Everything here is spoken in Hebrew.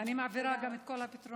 אני מעבירה גם את כל הפתרונות,